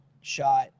shot